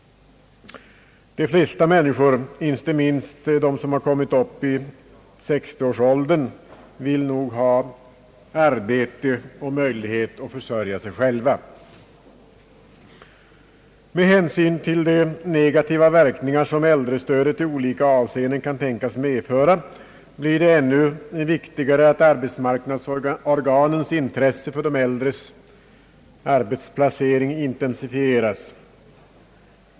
De flesta människor, inte minst de som kommit upp i 60-årsåldern, vill nog ha arbete och möjlighet att försörja sig själva. Med hänsyn till de negativa verkningar som äldrestödet i olika avseenden kan tänkas medföra blir det ännu viktigare att arbetsmarknadsorganens intresse för de äldres arbetsplacering intensifieras.